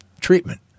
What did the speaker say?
treatment